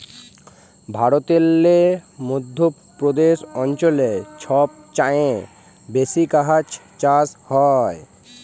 ভারতেল্লে মধ্য প্রদেশ অঞ্চলে ছব চাঁঁয়ে বেশি গাহাচ চাষ হ্যয়